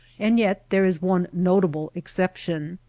and yet there is one notable exception.